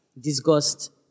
disgust